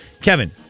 Kevin